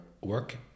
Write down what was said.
work